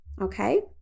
okay